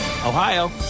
Ohio